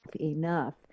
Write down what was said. Enough